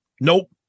Nope